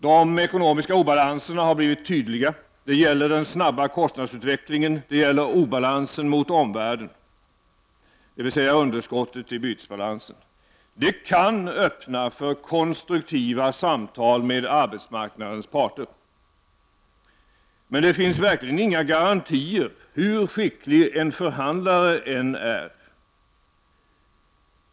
De ekonomiska obalanserna har blivit tydliga; det gäller den snabba kostnadsutvecklingen, och det gäller obalansen mot omvärlden, dvs. underskottet i bytesbalansen. Det kan öppna för konstruktiva samtal med arbetsmarknadens parter. Men det finns verkligen inga garantier hur skicklig en förhandlare än är.